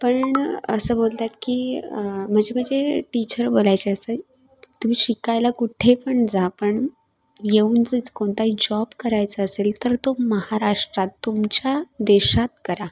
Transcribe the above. पण असं बोलतात की म्हणजे माझे टीचर बोलायचे असे तुम्ही शिकायला कुठे पण जा पण येऊन जच कोणताही जॉब करायचे असेल तर तो महाराष्ट्रात तुमच्या देशात करा